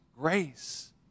grace